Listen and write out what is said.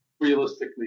realistically